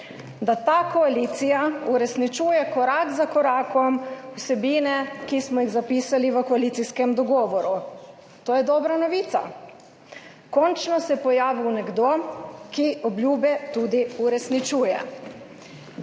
Da ta koalicija uresničuje korak za korakom vsebine, ki smo jih zapisali v koalicijskem dogovoru. To je dobra novica! Končno se je pojavil nekdo, ki obljube tudi uresničuje.